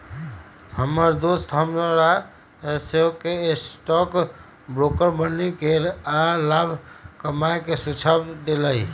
हमर दोस हमरा सेहो स्टॉक ब्रोकर बनेके आऽ लाभ कमाय के सुझाव देलइ